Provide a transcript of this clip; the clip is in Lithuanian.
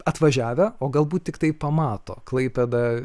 atvažiavę o galbūt tiktai pamato klaipėdą